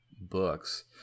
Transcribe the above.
books